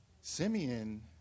Simeon